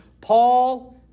Paul